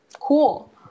cool